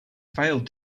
failed